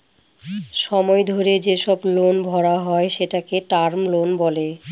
সময় ধরে যেসব লোন ভরা হয় সেটাকে টার্ম লোন বলে